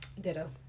Ditto